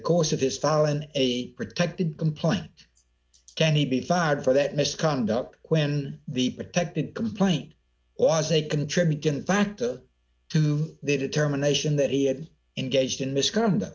course of his fallen a protected complaint can he be fired for that misconduct when the protected complaint was a contributing factor to the determination that he had engaged in misconduct